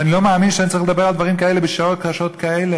ואני לא מאמין שאני צריך לדבר על דברים כאלה בשעות קשות כאלה,